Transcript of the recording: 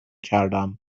کردم